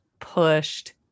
pushed